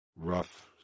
rough